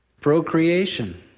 procreation